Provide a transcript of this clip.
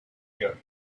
here